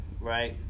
right